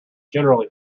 generally